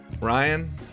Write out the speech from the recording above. Ryan